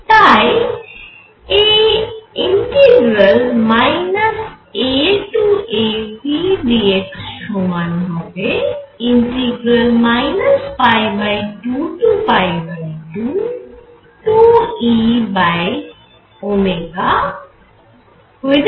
তাই এই AApdx সমান হবে 222E1cos2θ2dθ